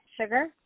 sugar